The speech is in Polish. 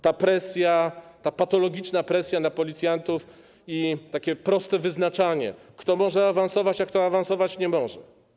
Ta presja, ta patologiczna presja na policjantów i proste wyznaczanie, kto może awansować, a kto awansować nie może.